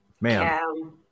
man